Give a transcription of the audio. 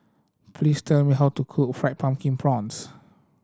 please tell me how to cook Fried Pumpkin Prawns